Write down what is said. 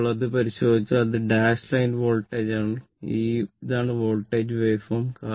ഇപ്പോൾ ഇത് പരിശോധിച്ചാൽ ഈ ഡാഷ് ലൈൻ വോൾട്ടേജാണ് ഇതാണ് വോൾട്ടേജ് വേവ്ഫോം